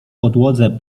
podłodze